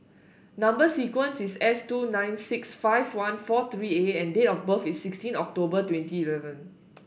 number sequence is S two nine six five one four three A and date of birth is sixteen October twenty eleven